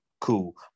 Cool